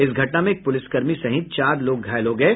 इस घटना में एक पुलिस कर्मी सहित चार लोग घायल हो गये